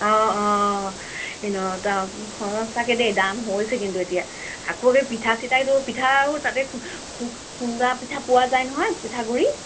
অঁ অঁ এনে দ সঁচাকৈ দেই দাম হৈছে কিন্তু এতিয়া আকৌ এই পিঠা চিঠাবোৰ পিঠাও তাতে খু খু খুন্দা পিঠা পোৱা যায় নহয় পিঠাগুড়ি